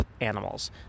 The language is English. animals